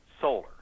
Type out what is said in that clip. solar